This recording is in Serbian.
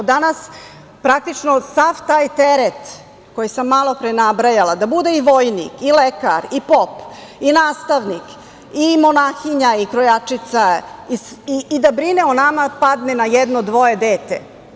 Danas praktično sav taj teret koji sam malo pre nabrajala, da bude i vojnik i lekar i pop i nastavnik i monahinja i krojačica i da brine o nama padne na jedno ili dvoje dece.